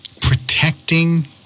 protecting